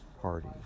party